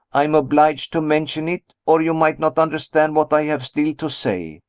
i am obliged to mention it, or you might not understand what i have still to say.